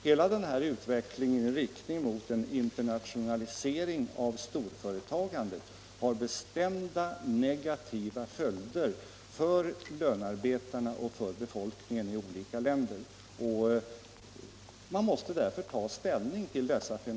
Hela den utvecklingen i riktning mot en internationalisering av storföretagandet har bestämda negativa följder för lönarbetarna och för befolkningen i olika länder. Detta fenomen måste man ta ställning till.